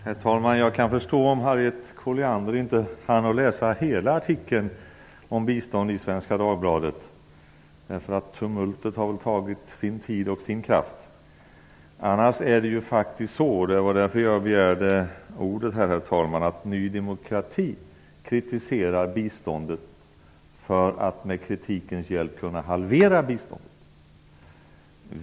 Herr talman! Jag kan förstå om Harriet Colliander inte hann läsa hela artikeln om bistånd i Svenska Dagbladet. Tumultet har väl tagit sin tid och sin kraft. Herr talman! Ny demokrati kritiserar biståndet för att med kritikens hjälp kunna halvera biståndet.